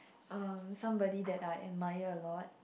um somebody that I admire a lot